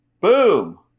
Boom